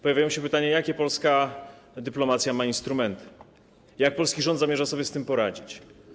Pojawiają się pytania, jakie polska dyplomacja ma instrumenty, jak polski rząd zamierza sobie z tym poradzić.